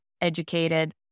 educated